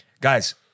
guys